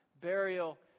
burial